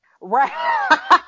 right